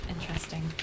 interesting